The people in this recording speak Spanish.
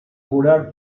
curar